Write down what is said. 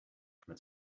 from